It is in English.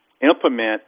implement